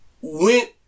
went